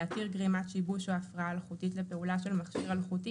להתיר גרימת שיבוש או הפרעה אלחוטית לפעולה של מכשיר אלחוטי